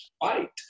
fight